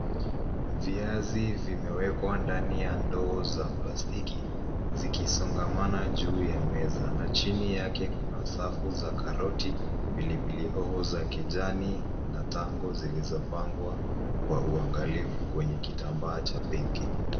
Viazi vime wekwa ndani ya ndoo za plastiki zikisongamana juu ya meza na chini yake kuna safu za karoti, pilipili hoho za kijani na tango zilizopangwa kwa uangalifu kwenye kitamba cha pinki.